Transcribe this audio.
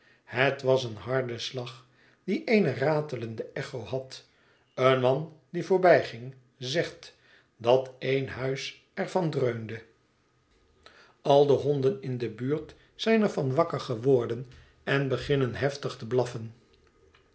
het was een harde slag die eene ratelende echo had een man die voorbijging zegt dat één huis er van dreunde al de honden in de buurt zijn er van wakker geworden en beginnen heftig te blaffen